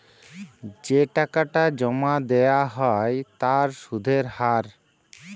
যে টাকাটা জমা দেয়া হ্য় তার সুধের হার